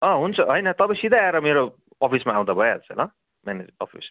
अँ हुन्छ होइन तपाईँ सिधै आएर मेरो अफिसमा आउँदा भइहाल्छ ल म्यानेजरको अफिसमा